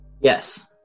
Yes